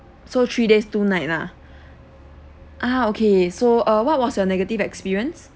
so three days two night lah ah okay so uh what was your negative experience